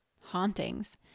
Hauntings